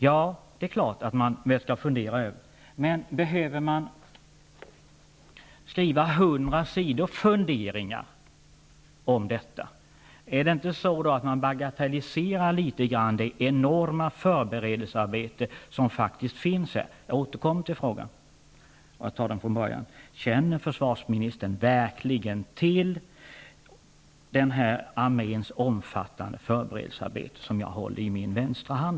Ja, det är klart att man skall fundera, men behöver man skriva 100 sidor funderingar om detta? Är det inte så att man bagatelliserar det enorma förberedelsearbete som har gjorts? Jag återkommer till frågan: Känner försvarsministern verkligen till arméns omfattande förberedelsearbete, som jag här håller i min hand?